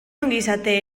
ongizate